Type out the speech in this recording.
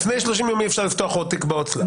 לפני 30 יום אי-אפשר לפתוח עוד תיק בהוצל"פ.